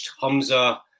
Hamza